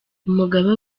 umugaba